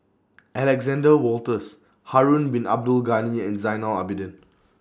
Alexander Wolters Harun Bin Abdul Ghani and Zainal Abidin